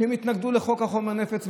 שהתנגדו לחוק חומר הנפץ,